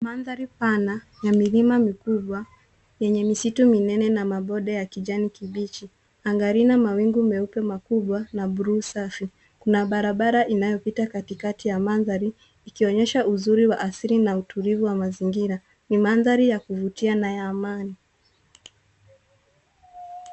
Mandhari pana ya milima mikubwa yenye misitu minene na mabonde ya kijani kibichi. Anga lina mawingu meupe makubwa na bluu safi. Kuna barabara inayopita katikati ya mandhari ikionyesha uzuri wa asili na utulivu wa mazingira. Ni mandhari ya kuvutia na ya amani.